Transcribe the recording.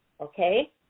okay